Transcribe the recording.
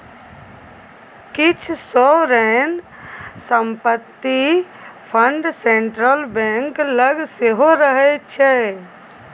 किछ सोवरेन संपत्ति fund central bank लग सेहो रहय छै